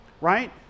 Right